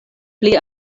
pli